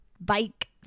bike